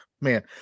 Man